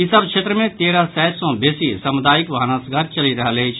ई सभ क्षेत्र मे तेरह सय सॅ बेसी सामुदायिक भानस घर चलि रहल अछि